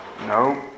no